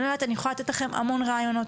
אני יכולה לתת לכם המון רעיונות,